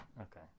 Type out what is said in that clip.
Okay